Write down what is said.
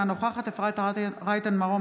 אינה נוכחת אפרת רייטן מרום,